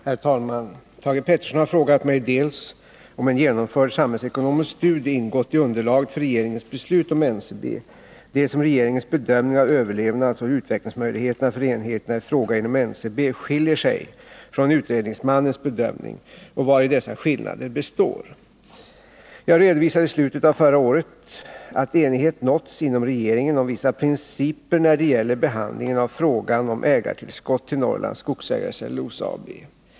Herr talman! Thage Peterson har frågat mig dels om en genomförd samhällsekonomisk studie ingått i underlaget för regeringens beslut om NCB, dels om regeringens bedömning av överlevnadsoch utvecklingsmöjligheterna för enheterna i fråga om NCB skiljer sig från utredningsmannens bedömning och vari dessa skillnader består. Jag redovisade i slutet av förra året att enighet nåtts inom regeringen om vissa principer när det gäller behandlingen av frågan om ägarkapitaltillskott till Norrlands Skogsägares Cellulosa AB .